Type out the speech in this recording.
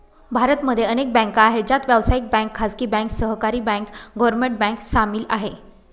भारत मध्ये अनेक बँका आहे, ज्यात व्यावसायिक बँक, खाजगी बँक, सहकारी बँक, गव्हर्मेंट बँक सामील आहे